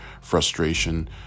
frustration